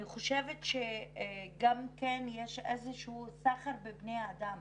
אני חושבת שגם יש איזה שהוא סחר בבני אדם.